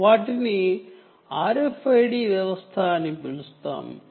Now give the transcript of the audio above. వీటన్నంటినీ కలిపి RFID వ్యవస్థ అని పిలుస్తాము